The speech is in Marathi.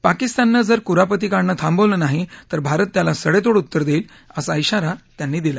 पाकिस्ताननं जर कुरापती काढणं थांबवलं नाही तर भारत त्याला सडेतोड उत्तर देईल असा आरा त्यांनी दिला